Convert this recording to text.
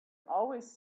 always